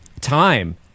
time